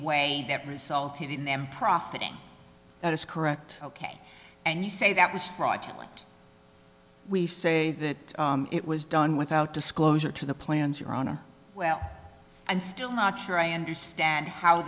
way that resulted in them profiting that is correct ok and you say that was fraudulent we say that it was done without disclosure to the plans your honor well and still not sure i understand how